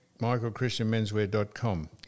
MichaelChristianMen'swear.com